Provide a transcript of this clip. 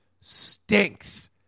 stinks